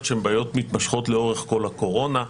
שהן בעיות מתמשכות לאורך כל הקורונה,